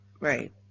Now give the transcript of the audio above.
right